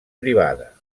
privada